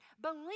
Believe